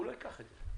החברה לא תיקח את זה,